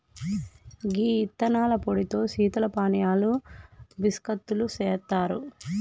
గీ యిత్తనాల పొడితో శీతల పానీయాలు బిస్కత్తులు సెత్తారు